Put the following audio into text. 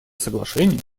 соглашение